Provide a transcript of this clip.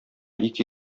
ике